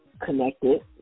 connected